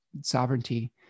sovereignty